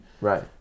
Right